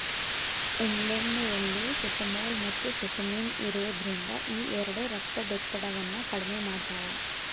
ಎಳ್ಳೆಣ್ಣೆಯಲ್ಲಿ ಸೆಸಮೋಲ್, ಮತ್ತುಸೆಸಮಿನ್ ಇರೋದ್ರಿಂದ ಈ ಎರಡು ರಕ್ತದೊತ್ತಡವನ್ನ ಕಡಿಮೆ ಮಾಡ್ತಾವ